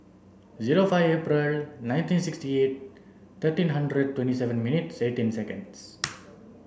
zero five April nineteen sixty eight thirteen hundred twenty seven minutes and eighteen seconds